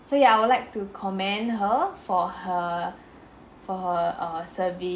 so ya I would like to commend her for her for her err servi~